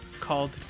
called